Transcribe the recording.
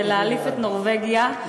זה להעליב את נורבגיה,